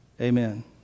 Amen